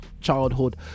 childhood